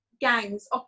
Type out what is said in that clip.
gangs